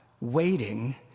waiting